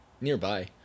nearby